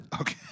Okay